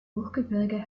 hochgebirge